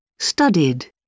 Studied